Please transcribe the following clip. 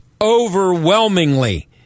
overwhelmingly